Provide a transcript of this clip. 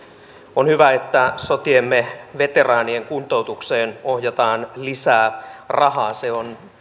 on hyvä että sotiemme veteraanien kuntoutukseen ohjataan lisää rahaa se on